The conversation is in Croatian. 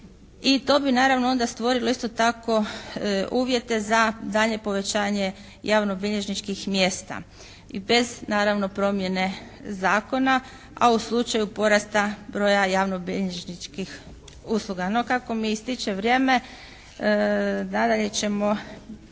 i to bi naravno onda stvorilo isto tako uvjete za daljnje povećanje javnobilježničkih mjesta i bez naravno promjene zakona, a u slučaju porasta broja javnobilježničkih usluga. No kako mi ističe vrijeme nadalje ćemo